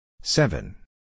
Seven